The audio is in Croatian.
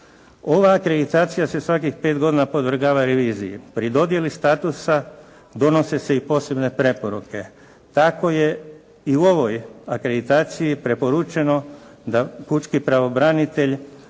Ova akreditacija se svakih 5 godina podvrgava reviziji. Pri dodjeli statusa donose se i posebne preporuke. Tako je i u ovoj akreditaciji preporučeno da pučki pravobranitelj